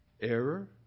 error